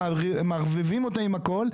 מערבבים אותם עם הכול.